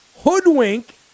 hoodwink